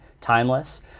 timeless